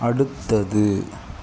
அடுத்தது